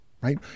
right